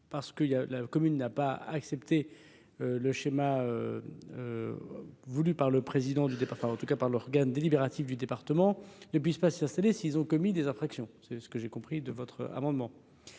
parce qu'il y a la commune n'a pas à accepter le schéma voulue par le président du département, en tout cas par l'organe délibérative du département ne puisse pas s'installer, s'ils ont commis des infractions, c'est ce que j'ai compris de votre amendement,